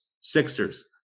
Sixers